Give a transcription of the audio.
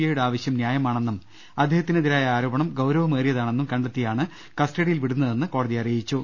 ഐയുടെ ആവശ്യം ന്യായമാണെന്നും അദ്ദേഹത്തിനെതിരായ ആരോ പണം ഗൌരവമേറിയതാണെന്നും കണ്ടെത്തിയാണ് കസ്റ്റഡിയിൽ വിടുന്ന തെന്ന് കോടതി അറിയിച്ചു